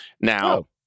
Now